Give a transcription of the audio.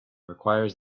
requires